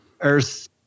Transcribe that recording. earth